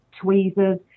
tweezers